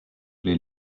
les